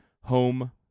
home